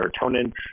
serotonin